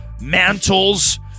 mantles